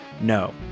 No